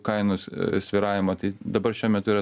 kainos svyravimo tai dabar šiuo metu yra